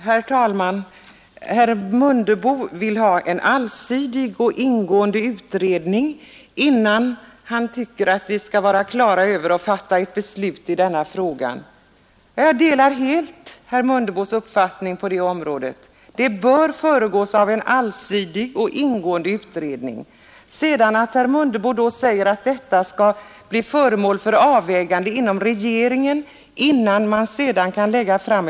Herr talman! Herr Mundebo vill ha en allsidig och ingående utredning innan vi fattar beslut i denna fråga. Jag delar helt herr Mundebos uppfattning; beslutet bör föregås av en allsidig och ingående utredning. Sedan säger herr Mundebo att frågan skall bli föremål för avvägande inom regeringen innan förslag läggs fram.